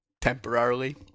temporarily